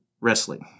wrestling